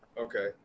Okay